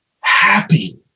Happy